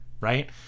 right